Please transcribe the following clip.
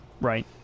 Right